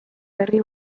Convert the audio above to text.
herri